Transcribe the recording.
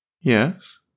Yes